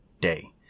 day